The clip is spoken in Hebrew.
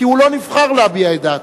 כי הוא לא נבחר להביע את דעתו.